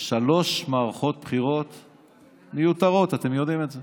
שלוש מערכות מיותרות, אתם יודעים את זה,